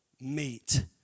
meet